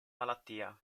malattia